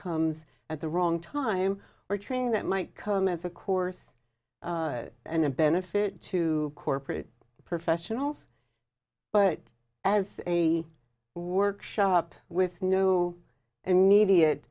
comes at the wrong time or training that might come as a course and a benefit to corporate professionals but as a workshop with no immediate